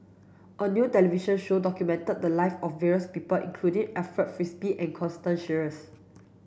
a new television show documented the live of various people including Alfred Frisby and Constance Sheares